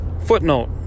footnote